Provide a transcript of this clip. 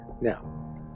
Now